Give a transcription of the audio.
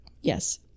yes